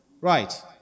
Right